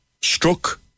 struck